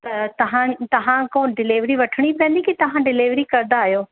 त तव्हां तव्हां खां डिलेवरी वठिणी पवंदी कि तव्हां डिलेवरी कंदा आहियो